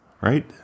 Right